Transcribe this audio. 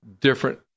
different